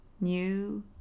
new